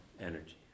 energy